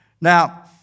Now